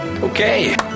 Okay